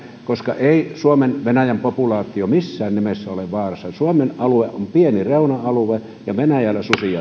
koska ei suomen ja venäjän populaatio missään nimessä ole vaarassa suomen alue on pieni reuna alue ja venäjällä susia